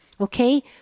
okay